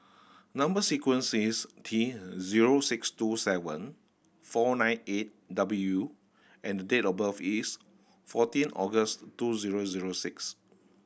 number sequence is T zero six two seven four nine eight W and the date of birth is fourteen August two zero zero six